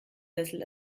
sessel